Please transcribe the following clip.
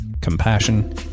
compassion